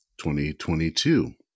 2022